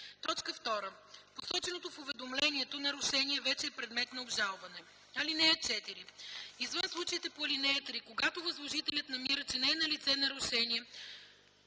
или 2. посоченото в уведомлението нарушение вече е предмет на обжалване. (4) Извън случаите по ал. 3, когато възложителят намира, че не е налице нарушение,